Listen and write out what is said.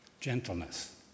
Gentleness